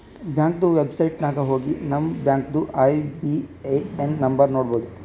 ಬ್ಯಾಂಕ್ದು ವೆಬ್ಸೈಟ್ ನಾಗ್ ಹೋಗಿ ನಮ್ ಬ್ಯಾಂಕ್ದು ಐ.ಬಿ.ಎ.ಎನ್ ನಂಬರ್ ನೋಡ್ಬೋದ್